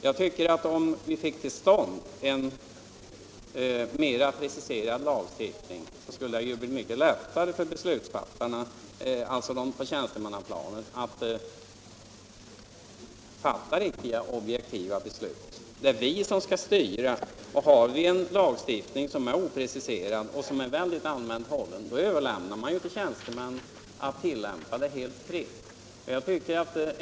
Jag tycker att om vi kunde få till stånd en mera preciserad lagstiftning skulle det bli mycket lättare för beslutsfattarna på tjänstemannaplanet att fatta riktiga och objektiva beslut. Det är vi som skall styra, men har vi en lagstiftning som är opreciserad och allmänt hållen överlämnar vi till tjänstemän att tillämpa den helt fritt.